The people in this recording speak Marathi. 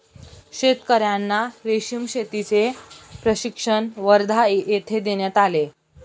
शेतकर्यांना रेशीम शेतीचे प्रशिक्षण वर्धा येथे देण्यात आले